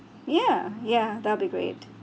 ya ya that'll be great